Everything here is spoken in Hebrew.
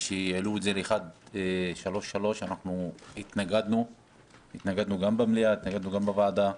כשהעלו את זה ל-1.33 אנחנו התנגדנו גם במליאה וגם בוועדה.